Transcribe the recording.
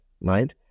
right